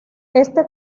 este